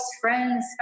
friends